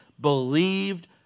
believed